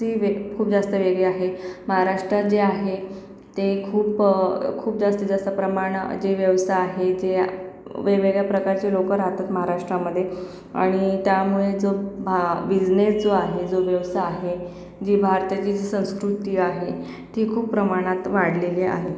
ती खूप जास्त वेगळी आहे महाराष्ट्रात जे आहे ते खूप खूप जास्तीत जास्त प्रमाण जे व्यवसाय आहेत जे वेगवेगळ्या प्रकारची लोकं राहतात महाराष्ट्रामध्ये आणि त्यामुळे जो भा बिझनेस जो आहे जो व्यवसाय आहे जी भारताची जी संस्कृती आहे ती खूप प्रमाणात वाढलेली आहे